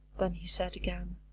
then he said again